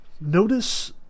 Notice